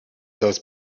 those